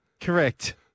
Correct